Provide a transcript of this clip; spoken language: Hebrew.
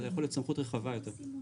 יכולה להיות סמכות רחבה יותר.